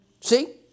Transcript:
See